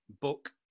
book